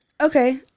Okay